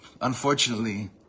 unfortunately